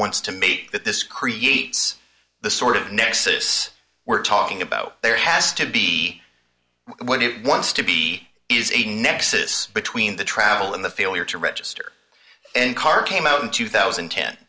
wants to mate that this creates the sort of nexus we're talking about there has to be what it wants to be is a nexus between the travel and the failure to register and car came out in two thousand